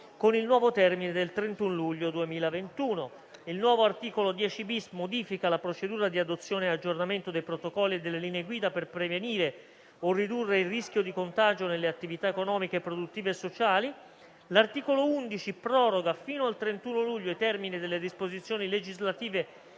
con il nuovo termine del 31 luglio 2021. Il nuovo articolo 10-*bis* modifica la procedura di adozione e aggiornamento dei protocolli e delle linee guida per prevenire o ridurre il rischio di contagio nelle attività economiche, produttive e sociali. L'articolo 11 proroga fino al 31 luglio il termine delle disposizioni legislative